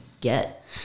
get